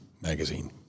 magazine